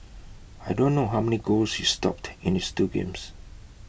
I don't know how many goals he stopped in this two games